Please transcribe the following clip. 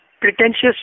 pretentious